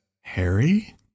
Harry